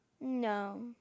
No